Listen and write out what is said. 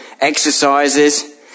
exercises